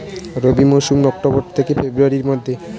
রবি মৌসুম অক্টোবর থেকে ফেব্রুয়ারির মধ্যে